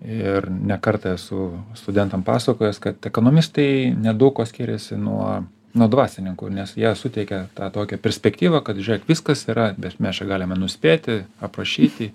ir ne kartą esu studentam pasakojęs kad ekonomistai nedaug kuo skiriasi nuo nuo dvasininkų nes jie suteikia tą tokią perspektyvą kad žiūrėk viskas yra bet mes čia galime nuspėti aprašyti